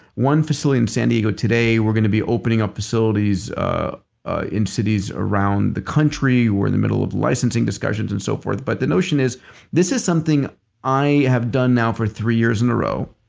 one facility in san diego today, we're going to be opening up facilities ah ah in cities around the country. we're in the middle of licensing discussions and so forth, but the notion is this is something i have done now for three years in a row.